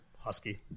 husky